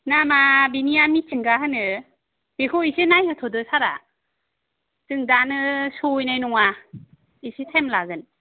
नामा बिनिया मिथिंगा होनो बेखौ एसे नायहोथ'दो सारा जों दानो सहैनाय नङा एसे टाइम लागोन